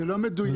זה לא מדויק.